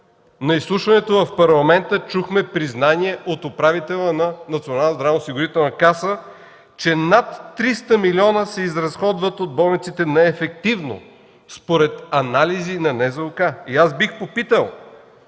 на изслушването в Парламента чухме признания от управителя на Здравноосигурителната каса, че над 300 милиона се изразходват от болниците неефективно според анализи на НЗОК. И аз бих попитал: